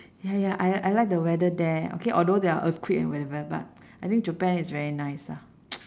ya ya I I like the weather there okay although there are earthquake and whatever but I think japan is very nice ah